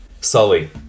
Sully